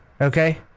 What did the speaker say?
okay